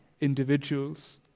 individuals